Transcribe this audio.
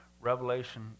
revelation